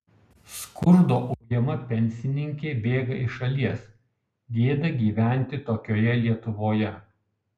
skurdo ujama pensininkė bėga iš šalies gėda gyventi tokioje lietuvoje